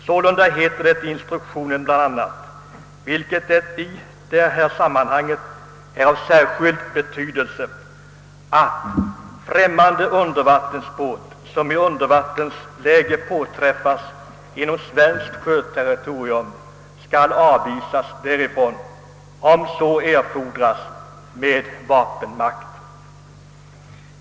Sålunda heter det i instruktionen bl.a. — vilket i detta sammanhang är av särskild betydelse — att »främmande undervattensbåt som i undervattensläge påträffas inom svenskt sjöterritorium skall avvisas därifrån, om så erfordras med vapenmakt».